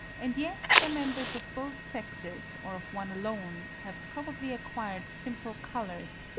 and yet the members of both sexes or of one alone have probably acquired simple colours,